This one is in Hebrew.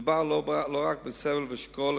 מדובר לא רק בסבל ושכול,